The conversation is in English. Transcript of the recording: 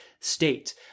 state